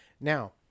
Now